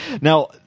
Now